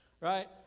Right